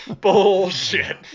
Bullshit